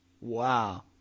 Wow